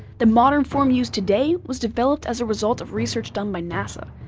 the modern form used today was developed as a result of research done by nasa,